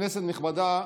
כנסת נכבדה,